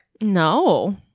No